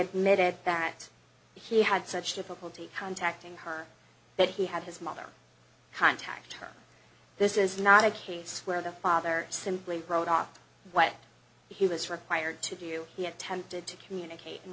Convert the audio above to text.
admitted that he had such difficulty contacting her that he had his mother contact her this is not a case where the father simply wrote off what he was required to do he attempted to communicate